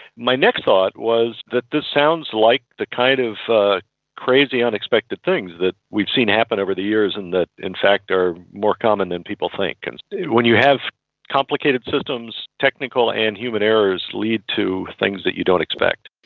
my next thought was that this sounds like the kind of crazy unexpected thing that we've seen happen over the years and that in fact are more common than people think. and when you have complicated systems, technical and human errors lead to things that you don't expect.